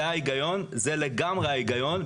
זה ההיגיון, זה לגמרי ההיגיון.